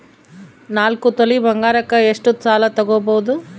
ನಾಲ್ಕು ತೊಲಿ ಬಂಗಾರಕ್ಕೆ ಎಷ್ಟು ಸಾಲ ತಗಬೋದು?